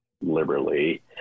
liberally